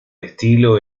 estilo